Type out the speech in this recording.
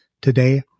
today